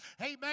Amen